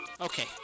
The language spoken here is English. Okay